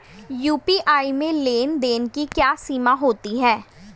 UPI में लेन देन की क्या सीमा होती है?